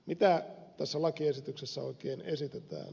mitä tässä lakiesityksessä oikein esitetään